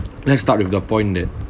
let's start with the point that